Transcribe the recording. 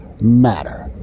matter